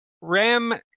Ram